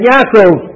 Yaakov